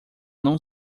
não